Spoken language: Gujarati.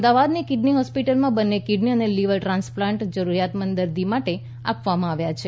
અમદાવાદની કિડની હોસ્પિટલમાં બંને કિડની અને લિવર ટ્રાન્સપ્લાન્ટ જરૂરિયાતમંદ દર્દી માટે આપવામાં આવ્યા છે